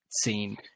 scene